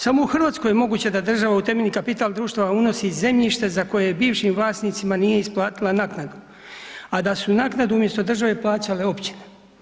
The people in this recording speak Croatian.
Samo u RH je moguće da država u temeljni kapital društva unosi zemljište za koje bivšim vlasnicima nije isplatila naknadu, a da su naknadu umjesto države plaćale općine.